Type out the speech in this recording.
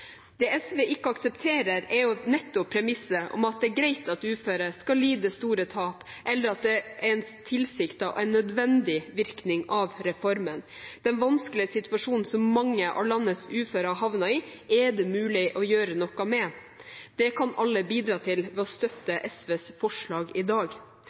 Det SV ikke aksepterer, er nettopp premisset om at det er greit at uføre skal lide store tap, eller at det er en tilsiktet og nødvendig virkning av reformen. Den vanskelige situasjonen som mange av landets uføre har havnet i, er det mulig å gjøre noe med. Det kan alle bidra til ved å støtte SVs forslag i dag.